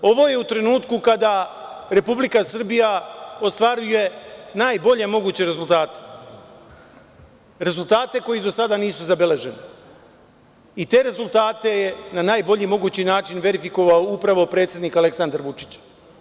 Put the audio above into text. Ovo je u trenutku kada Republika Srbija ostvaruje najbolje moguće rezultate, rezultate koji do sada nisu zabeleženi i te rezultate je na najbolji mogući način verifikovao upravo predsednik Aleksandar Vučić.